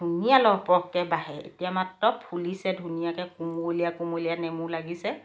ধুনীয়া লহপহকৈ বাঢ়ে এতিয়া মাত্ৰ ফুলিছে ধুনীয়াকৈ কুমলীয়া কুমলীয়া নেমু লাগিছে